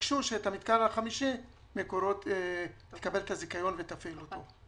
וביקשו שאת המתקן החמישי מקורות תקבל את הזיכיון ותפעיל אותו.